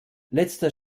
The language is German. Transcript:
letzter